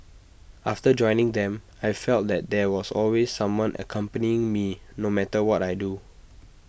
after joining them I felt that there was always someone accompanying me no matter what I do